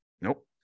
Nope